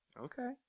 Okay